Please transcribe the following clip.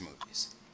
movies